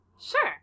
Sure